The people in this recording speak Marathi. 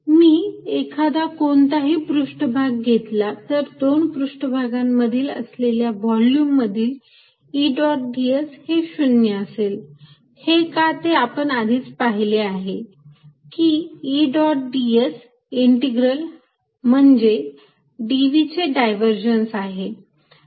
मी एखादा कोणताही पृष्ठभाग घेतला तर दोन पृष्ठभागांमधील असलेल्या व्हॉल्युममधील E डॉट ds हे 0 असेल हे का ते आपण आधीच पाहिले आहे की E डॉट ds इंटिग्रल हा म्हणजे dv चे डायव्हर्जन्स आहे